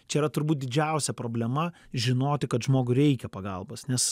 čia yra turbūt didžiausia problema žinoti kad žmogui reikia pagalbos nes